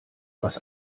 was